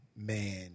Man